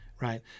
right